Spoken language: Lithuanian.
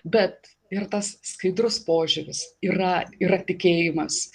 bet ir tas skaidrus požiūris yra yra tikėjimas